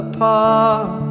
Apart